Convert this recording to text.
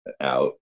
out